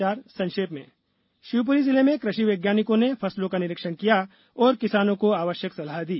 समाचार संक्षेप में शिवपुरी जिले में कृषि वैज्ञानिकों ने फसलों का निरीक्षण किया और किसानों को आवश्यक सलाह दी